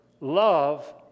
love